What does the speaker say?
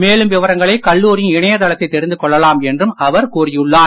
மேலும் விவரங்களை கல்லூரியின் இணையதளத்தில் தெரிந்து கொள்ளலாம் என்றும் அவர் கூறியுள்ளார்